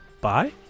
Bye